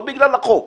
לא בגלל החוק,